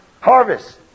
harvest